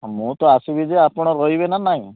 ମୁଁ ତ ଆସିବି ଯେ ଆପଣ ରହିବେ ନା ନାହିଁ